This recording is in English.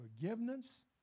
forgiveness